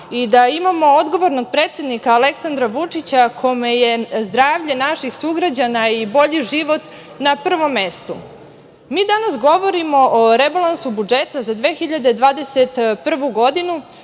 i da imamo odgovornog predsednika Aleksandra Vučića kome je zdravlje naših sugrađana i bolji život na prvom mestu. Mi danas govorimo o rebalansu budžeta za 2021. godinu